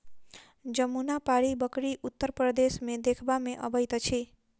जमुनापारी बकरी उत्तर प्रदेश मे देखबा मे अबैत अछि